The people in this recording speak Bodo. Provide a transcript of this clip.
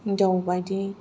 हिनजावबादि